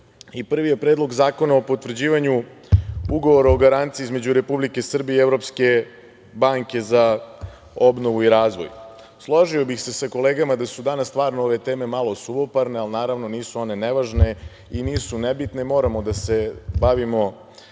Prvi je Predlog zakona o potvrđivanju Ugovora o garanciji između Republike Srbije i Evropske banke za obnovu i razvoj. Složio bih se sa kolegama da su danas stvarno ove teme malo suvoparne, ali, naravno, nisu nevažne i nisu nebitne, moramo da se bavimo